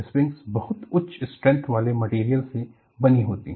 springs बहुत उच्च strength वाले मटेरियल से बनी होती हैं